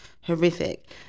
horrific